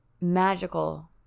magical